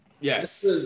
Yes